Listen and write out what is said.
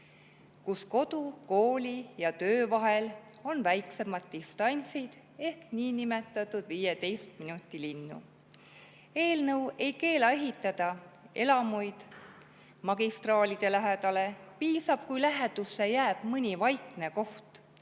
kus kodu, kooli ja töö vahel on väiksemad distantsid, ehk niinimetatud 15 minuti linnu. Eelnõu ei keela ehitada elamuid magistraalide lähedale. Piisab, kui lähedusse jääb mõni vaikne koht.